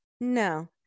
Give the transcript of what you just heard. No